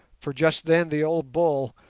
for just then the old bull,